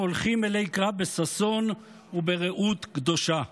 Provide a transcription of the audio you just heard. הם הולכים אלי קרב בששון וברעות קדושה.